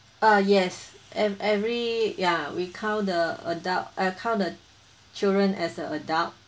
ah yes and every ya we count the adult uh count the children as a adult